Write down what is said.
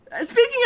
Speaking